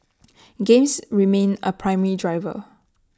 games remain A primary driver